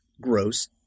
gross